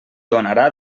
donarà